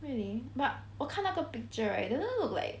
really but 我看那个 picture right doesn't look like